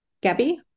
Gabby